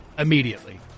Immediately